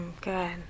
Good